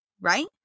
right